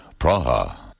Praha